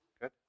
good